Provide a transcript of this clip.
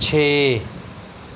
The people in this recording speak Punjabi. ਛੇ